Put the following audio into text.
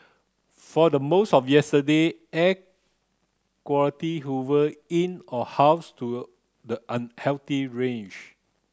for the most of yesterday air quality hover in or house to the unhealthy range